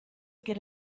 get